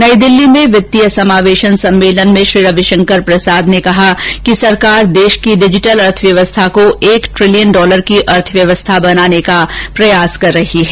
नई दिल्ली में वित्तीय समावेशन सम्मेलन में श्री रविशंकर प्रसाद ने आज कहा कि सरकार देश की डिजिटल अर्थव्यवस्था को एक ट्रिलियन डॉलर की अर्थव्यवस्था बनाने का प्रयास कर रही है